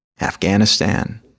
Afghanistan